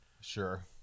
Sure